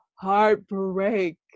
heartbreak